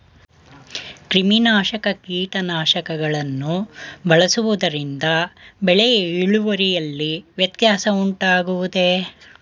ಕ್ರಿಮಿನಾಶಕ ಕೀಟನಾಶಕಗಳನ್ನು ಬಳಸುವುದರಿಂದ ಬೆಳೆಯ ಇಳುವರಿಯಲ್ಲಿ ವ್ಯತ್ಯಾಸ ಉಂಟಾಗುವುದೇ?